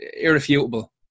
irrefutable